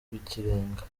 rw’ikirenga